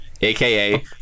AKA